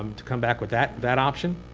um to come back with that that option,